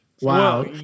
Wow